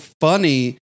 funny